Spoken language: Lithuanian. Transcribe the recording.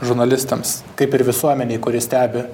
žurnalistams kaip ir visuomenei kuri stebi